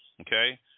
Okay